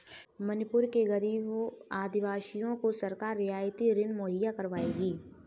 मणिपुर के गरीब आदिवासियों को सरकार रियायती ऋण मुहैया करवाएगी